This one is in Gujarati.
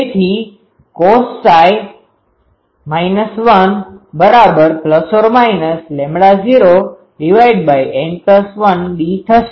તેથી cos 1૦N1d થશે